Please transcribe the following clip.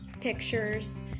pictures